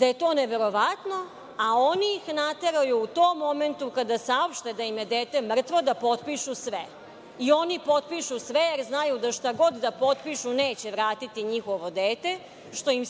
da je to neverovatno. Oni ih nateraju, u tom momentu kada saopšte da im je dete mrtvo, da potpišu sve i oni potpišu sve jer znaju da šta god da potpišu neće vratiti njihovo dete, što im